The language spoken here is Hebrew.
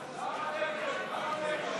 לוועדה את הצעת חוק הביטוח הלאומי (תיקון,